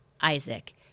Isaac